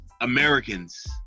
Americans